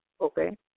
Okay